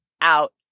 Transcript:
out